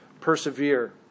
persevere